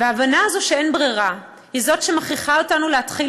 וההבנה הזאת שאין ברירה היא שמכריחה אותנו להתחיל